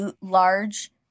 large